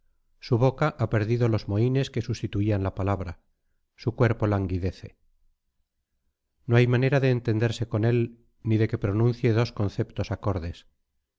su boca ha perdido los mohines que sustituían la palabra su cuerpo languidece no hay manera de entenderse con él ni de que pronuncie dos conceptos acordes